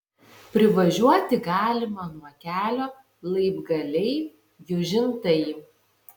privažiuoti galima nuo kelio laibgaliai jūžintai